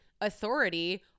authority